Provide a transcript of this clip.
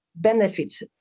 benefits